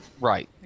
Right